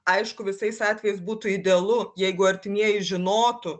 aišku visais atvejais būtų idealu jeigu artimieji žinotų